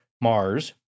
Mars